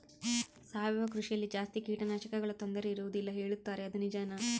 ಸಾವಯವ ಕೃಷಿಯಲ್ಲಿ ಜಾಸ್ತಿ ಕೇಟನಾಶಕಗಳ ತೊಂದರೆ ಇರುವದಿಲ್ಲ ಹೇಳುತ್ತಾರೆ ಅದು ನಿಜಾನಾ?